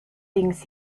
things